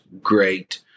great